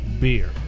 beer